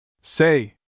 Say